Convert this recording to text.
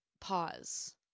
Pause